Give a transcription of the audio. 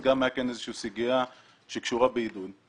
גם הייתה איזושהי סוגיה שקשורה בעידוד.